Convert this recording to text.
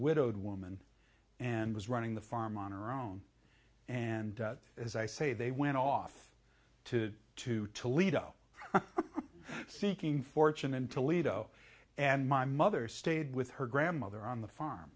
widowed woman and was running the farm on her own and as i say they went off to to toledo seeking fortune in toledo and my mother stayed with her grandmother on the farm